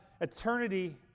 eternity